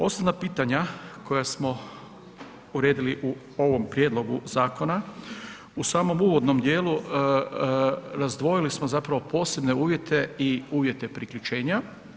Osnovna pitanja koja smo uredili u ovom prijedlogu zakonu, u samom uvodnom dijelu razdvojili smo zapravo posebne uvjete i uvjete priključenja.